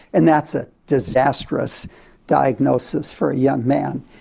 and that's a disastrous diagnosis for a young man.